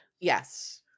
Yes